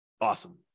Awesome